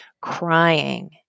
crying